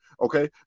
okay